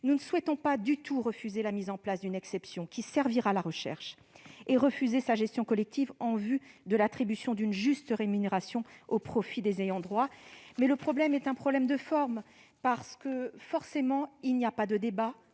Nous ne souhaitons pas du tout refuser la mise en place d'une exception qui servira la recherche, et refuser sa gestion collective en vue de l'attribution d'une juste rémunération au profit des ayants droit, mais il existe un problème de forme : il n'y a aucun débat